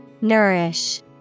Nourish